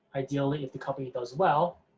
ideally, if the company does well,